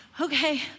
okay